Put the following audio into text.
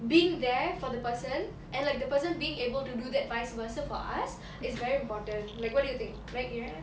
being there for the person and like the person being able to do that vice versa for us it's very important like what do you think